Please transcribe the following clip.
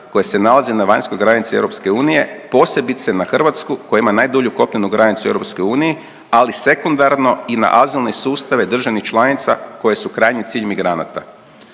koje se nalaze na vanjskoj granici EU posebice na Hrvatsku koja ima najdulju kopnenu granicu u EU ali sekundarno i na azilne sustave država članica koje su krajnji cilj migranata.